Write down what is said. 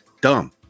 dumb